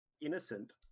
innocent